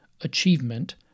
achievement